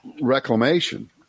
reclamation